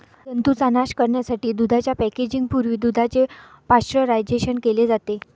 जंतूंचा नाश करण्यासाठी दुधाच्या पॅकेजिंग पूर्वी दुधाचे पाश्चरायझेशन केले जाते